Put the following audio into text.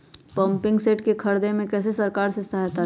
Pumping set के ख़रीदे मे कैसे सरकार से सहायता ले?